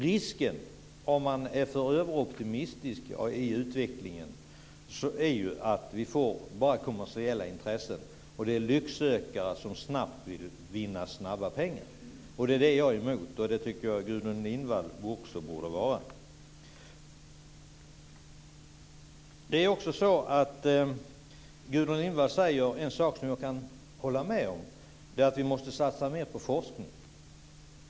Men om man är för överoptimistisk när det gäller utvecklingen är risken den att det bara handlar om kommersiella intressen, dvs. lycksökare som vill vinna snabba pengar. Det är jag emot, och det tycker jag Gudrun Lindvall också borde vara. Gudrun Lindvall säger en sak som jag kan hålla med om. Det är att vi måste satsa mer på forskning.